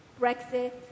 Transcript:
Brexit